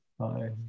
Hi